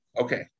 Okay